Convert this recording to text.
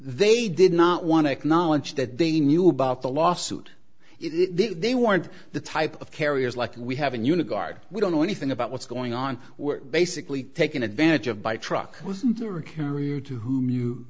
they did not want to acknowledge that they knew about the lawsuit if they weren't the type of carriers like we have in you know guard we don't know anything about what's going on we're basically taken advantage of by truck wasn't your carrier to whom you